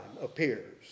appears